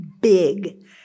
big